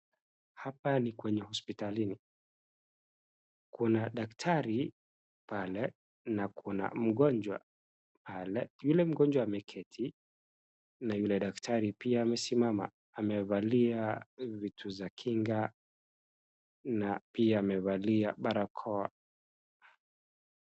Hapa ni kwenye hospitali, kuna daktari pale na kuna mgonjwa pale , yule mgonjwa ameketi na yule daktari pia amesimama amevalia vitu za kinga na pia amevalia barakoa .